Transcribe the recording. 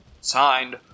Signed